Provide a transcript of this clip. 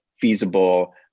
feasible